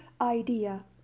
idea